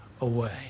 away